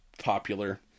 popular